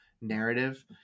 narrative